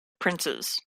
princes